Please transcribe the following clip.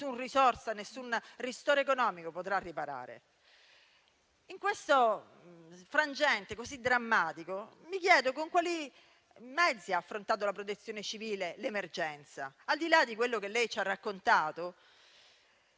nessuna risorsa e nessun ristoro economico potrà riparare. In questo frangente, così drammatico, mi chiedo con quali mezzi la Protezione civile abbia affrontato l'emergenza. Al di là di quello che lei ci ha raccontato,